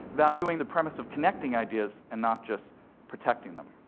valuing the premise of connecting ideas and not just protecting them.